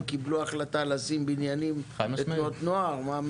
קיבלו החלטה לשים בניינים בתנועות נוער.